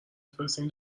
بفرستین